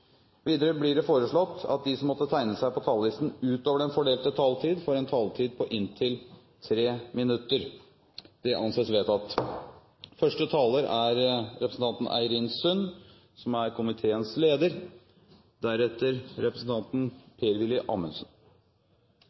Videre blir det foreslått at de som måtte tegne seg på talelisten utover den fordelte taletid, får en taletid på inntil 3 minutter. – Det anses vedtatt. Første taler er representanten Eirin Sund, som er komiteens leder, deretter representanten Per-Willy Amundsen.